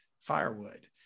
firewood